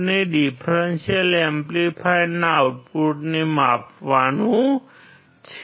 આપણે ડીફ્રેન્શિઅલ એમ્પ્લીફાયરના આઉટપુટને માપવાનું છે